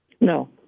No